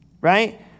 right